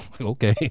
okay